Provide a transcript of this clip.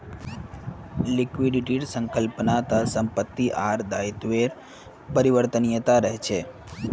लिक्विडिटीर संकल्पना त संपत्ति आर दायित्वेर परिवर्तनीयता रहछे